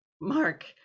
Mark